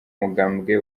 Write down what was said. mugambwe